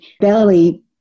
belly